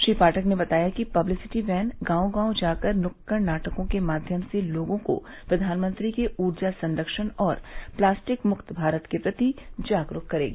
श्री पाठक ने बताया कि पब्लिसिटी वैन गांव गांव जाकर नुक्कड़ नाटकों के माध्यम से लोगों को प्रधानमंत्री के ऊर्जा संरक्षण और प्लास्टिक मुक्त भारत के प्रति जागरूक करेगी